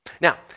Now